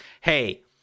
Hey